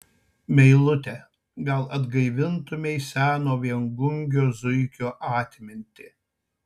meilute gal atgaivintumei seno viengungio zuikio atmintį